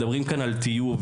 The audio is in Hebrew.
מדברים כאן על טיוב,